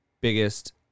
biggest